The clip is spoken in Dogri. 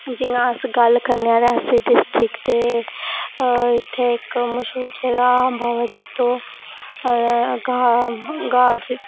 जि'यां एस गल्ल करनें आं कि अस ते इत्थै इक मश्हूर जगह् बाबा जितो गाह्ऱ च